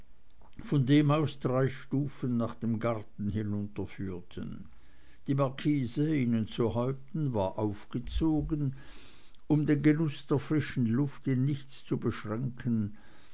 von dem aus drei stufen nach dem garten hinunterführten die markise ihnen zu häupten war aufgezogen um den genuß der frischen luft in nichts zu beschränken